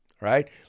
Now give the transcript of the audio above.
right